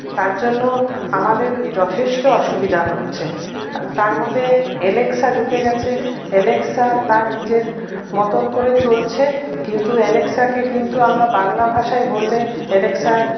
তার জন্য আমাদের যথেষ্ট অসুবিধা হচ্ছে তারমধ্যে এলেক্সা ঢুকে গেছে এলেক্সা তার নিজের মতন করে চলছে কিন্তু এলেক্সাকে কিন্তু আমরা বাংলা ভাষায় বললে এলেক্সা